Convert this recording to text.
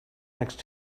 next